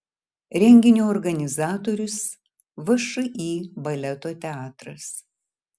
renginio organizatorius všį baleto teatras